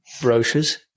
brochures